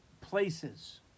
places